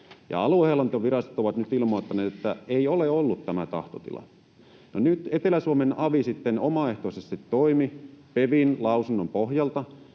aluehallintovirastot ovat nyt ilmoittaneet, että ei ole ollut tämä tahtotila. No, nyt Etelä-Suomen avi sitten omaehtoisesti toimi PeVin lausunnon pohjalta,